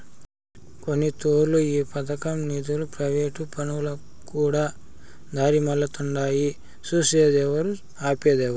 కొన్నితూర్లు ఈ పదకం నిదులు ప్రైవేటు పనులకుకూడా దారిమల్లతుండాయి సూసేదేవరు, ఆపేదేవరు